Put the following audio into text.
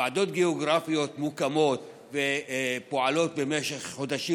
ועדות גיאוגרפיות מוקמות ופועלות במשך חודשים